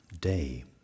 day